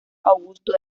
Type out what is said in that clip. augusto